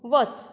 वच